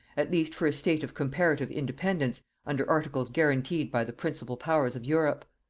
at least for a state of comparative independence under articles guarantied by the principal powers of europe.